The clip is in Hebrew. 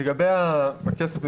לגבי הכסף,